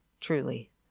truly